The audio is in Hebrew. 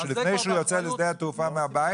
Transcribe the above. - -שלפני שהוא יוצא לשדה התעופה מהבית,